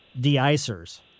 de-icers